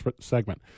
segment